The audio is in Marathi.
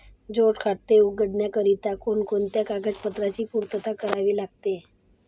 जोड खाते उघडण्याकरिता कोणकोणत्या कागदपत्रांची पूर्तता करावी लागते?